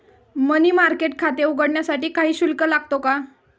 मनी market खाते उघडण्यासाठी काही शुल्क लागतो का?